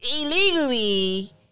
illegally